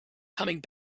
coming